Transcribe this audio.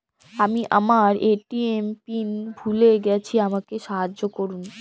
আমি আমার ATM PIN ভুলে গেছি আমাকে সাহায্য করুন